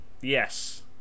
yes